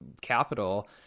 capital